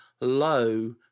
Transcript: low